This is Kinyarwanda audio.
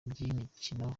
by’imikino